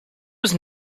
was